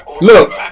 Look